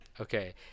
Okay